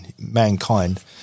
mankind